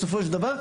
בסופו של דבר,